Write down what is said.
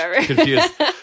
confused